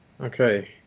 okay